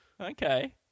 Okay